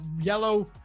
yellow